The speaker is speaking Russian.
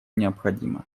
необходимо